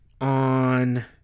on